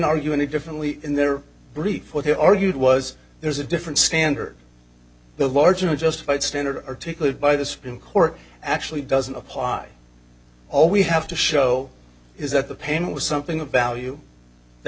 argue any differently in their brief or they argued was there's a different standard the larger justified standard articulated by the supreme court actually doesn't apply all we have to show is that the pain was something of value that